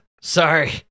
Sorry